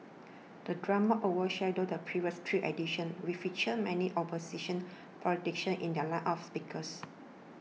the drama overshadowed the previous three editions featured many opposition politicians in their lineup of speakers